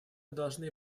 должны